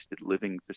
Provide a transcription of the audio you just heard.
living